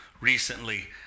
recently